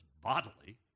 bodily